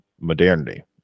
modernity